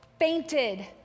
fainted